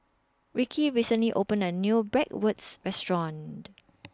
Rickie recently opened A New Bratwurst Restaurant